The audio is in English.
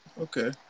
Okay